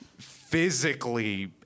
physically